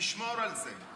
תשמור על זה.